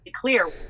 clear